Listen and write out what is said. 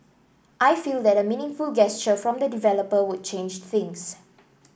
I feel that a meaningful gesture from the developer would change things